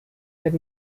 that